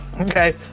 okay